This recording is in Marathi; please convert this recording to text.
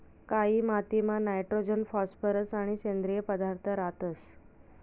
कायी मातीमा नायट्रोजन फॉस्फरस आणि सेंद्रिय पदार्थ रातंस